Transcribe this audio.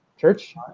church